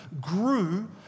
grew